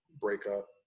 breakup